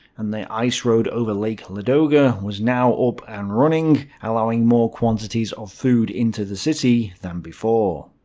and the ice road over lake ladoga was now up and running, allowing more quantities of food into the city than before.